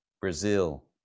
Brazil